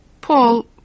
Paul